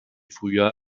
frühjahr